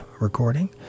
recording